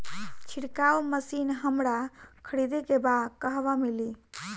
छिरकाव मशिन हमरा खरीदे के बा कहवा मिली?